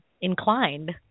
inclined